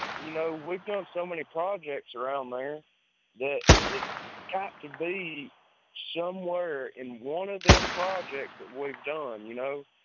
you know, we've done so many projects around there that it's got to be somewhere in one of them projects that we've done, you know.